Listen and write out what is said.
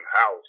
house